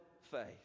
faith